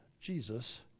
Jesus